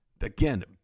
Again